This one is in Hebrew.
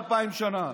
2,000 שנה.